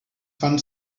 fan